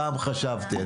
פעם חשבתי,